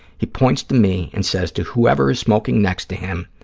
he points to me and says to whoever is smoking next to him,